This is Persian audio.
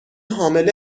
حامله